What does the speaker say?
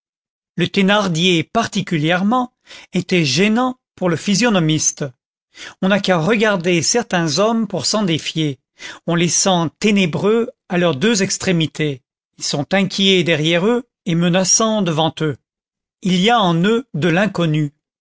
le thénardier particulièrement était gênant pour le physionomiste on n'a qu'à regarder certains hommes pour s'en défier on les sent ténébreux à leurs deux extrémités ils sont inquiets derrière eux et menaçants devant eux il y a en eux de l'inconnu